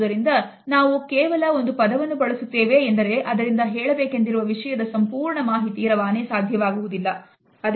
ಆದುದರಿಂದ ನಾವು ಕೇವಲ ಒಂದು ಪದವನ್ನು ಬಳಸುತ್ತೇವೆ ಎಂದರೆ ಅದರಿಂದ ಹೇಳಬೇಕೆಂದಿರುವ ವಿಷಯದ ಸಂಪೂರ್ಣ ಮಾಹಿತಿ ರವಾನೆ ಸಾಧ್ಯವಾಗುವುದಿಲ್ಲ